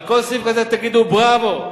על כל סעיף כזה תגידו: בראבו.